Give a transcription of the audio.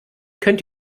könnt